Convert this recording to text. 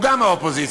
גם הוא מהאופוזיציה,